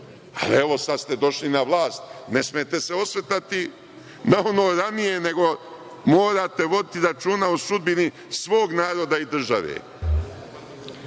ali evo sada ste došli na vlast, ne smete se osvrtati na ono ranije, nego morate voditi računa o sudbini svog naroda i države.